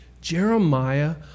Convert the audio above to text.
Jeremiah